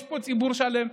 יש פה ציבור שלם,